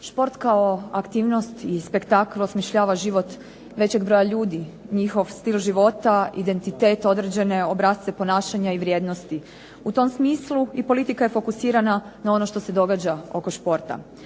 Šport kao aktivnost i spektakli osmišljava život većeg broja ljudi, njihov stil života, identitet, određene obrasce ponašanja i vrijednosti. U tom smislu i politika je fokusirana na ono što se događa oko športa.